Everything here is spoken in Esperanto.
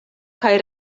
kaj